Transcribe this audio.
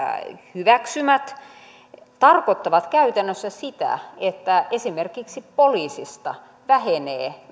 hyväksymät tarkoittavat käytännössä sitä että esimerkiksi poliisista vähenee